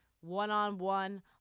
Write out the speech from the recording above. one-on-one